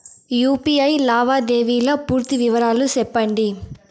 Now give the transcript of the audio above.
UPI లావాదేవీల పూర్తి వివరాలు సెప్పండి?